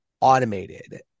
automated